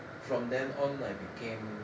from then on I became